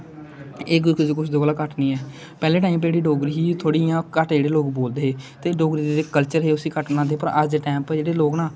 एह कुसे ओर कोला घट्ट नेई ऐ पहले टाइम उप्पर जेहड़ी डोगरी ही थोह्ड़ी इयां घट्ट जेहडे़ लोक बोलदे हे ते डोगरी दे जेहड़ा कल्चर हे उसी घट्ट मनांदे हे पर अज दे टाइम उप्पर जेहडे़ लोक ना